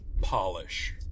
polish